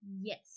Yes